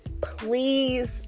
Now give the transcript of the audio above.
Please